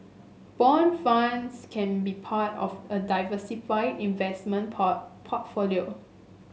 bond funds can be part of a diversified investment port portfolio